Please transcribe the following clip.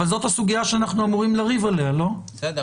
אז בשביל